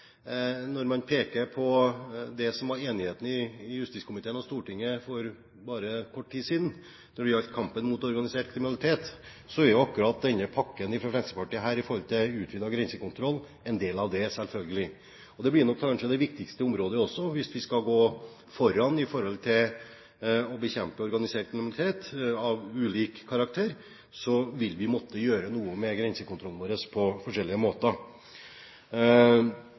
når man peker på det som det var enighet om i justiskomiteen og Stortinget for bare kort tid siden når det gjaldt kampen mot organisert kriminalitet, er jo denne pakken fra Fremskrittspartiet når det gjelder utvidet grensekontroll, en del av det, selvfølgelig, og det blir nok kanskje det viktigste området også. Hvis vi skal gå foran i å bekjempe organisert kriminalitet av ulik karakter, vil vi måtte gjøre noe med grensekontrollen vår på forskjellige måter.